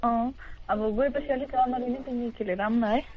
अँ अब गएपछि अलिक रामरी नै पिकनिक खेलेर आउँ न है